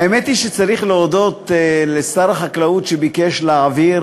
האמת היא שצריך להודות לשר החקלאות, שביקש להעביר